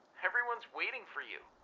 everyone's waiting for you.